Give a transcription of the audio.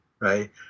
right